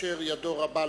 אשר ידיו רב לו.